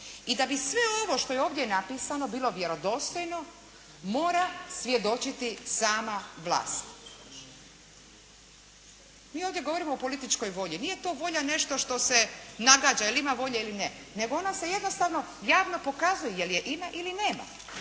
i da bi sve ovo što je ovdje napisano bilo vjerodostojno mora svjedočiti sama vlast. Mi ovdje govorimo o političkoj volji. Nije to volja nešto što se nagađa je li ima volje ili ne, nego ona se jednostavno javno pokazuje je li je ima ili nema,